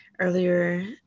Earlier